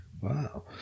Wow